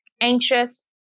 anxious